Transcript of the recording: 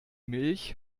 milch